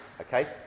Okay